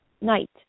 night